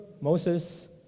Moses